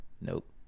Nope